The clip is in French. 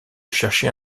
chercher